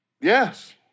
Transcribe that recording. Yes